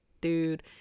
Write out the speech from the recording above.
dude